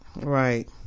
Right